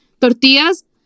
Tortillas